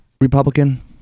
Republican